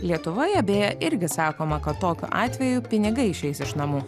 lietuvoje beje irgi sakoma kad tokiu atveju pinigai išeis iš namų